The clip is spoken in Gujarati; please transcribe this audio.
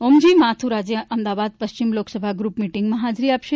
ઓમજી માથુર આજે અમદાવાદ પશ્ચિમ લોકસભા ગ્રૂપ મિટીંગમાં હાજરી આપશે